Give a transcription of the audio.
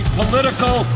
political